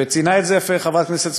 וציינה את זה יפה חברת הכנסת סבטלובה,